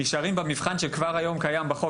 נשארים במבחן שכבר היום קיים בחוק,